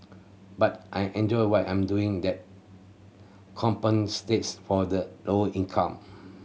but I enjoy what I'm doing that compensates for the lower income